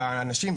והאנשים,